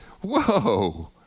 whoa